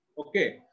Okay